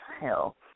Hell